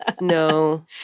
no